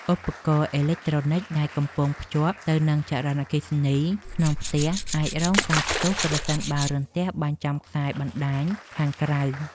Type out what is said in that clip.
ឧបករណ៍អេឡិចត្រូនិកដែលកំពុងភ្ជាប់ទៅនឹងចរន្តអគ្គិសនីក្នុងផ្ទះអាចរងការផ្ទុះប្រសិនបើរន្ទះបាញ់ចំខ្សែបណ្តាញខាងក្រៅ។